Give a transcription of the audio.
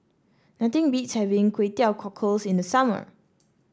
nothing beats having Kway Teow Cockles in the summer